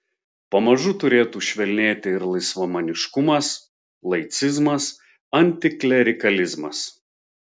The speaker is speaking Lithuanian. pamažu turėtų švelnėti ir laisvamaniškumas laicizmas antiklerikalizmas